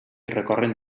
recorren